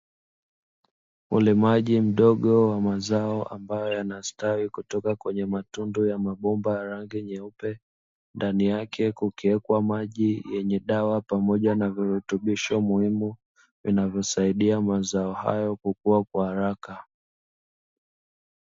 Ulimaji mdogo wa mazao ambayo yanastawi kutoka kwenye matundu ya mabomba ya rangi nyeupe, ndani yake kukiwekwa maji yenye dawa pamoja na virutubisho muhimu, vinavyosaidia mazao hayo kukua kwa haraka.